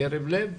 מקרב לב.